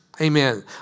Amen